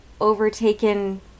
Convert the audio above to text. overtaken